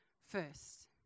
first